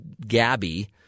gabby